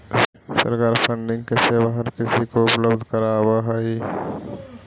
सरकार फंडिंग की सेवा हर किसी को उपलब्ध करावअ हई